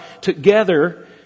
together